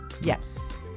Yes